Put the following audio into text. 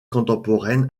contemporaine